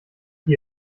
die